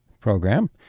program